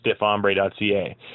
stiffombre.ca